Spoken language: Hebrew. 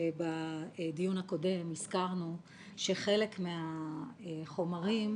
שבדיון הקודם הזכרנו שחלק מהחומרים,